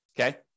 Okay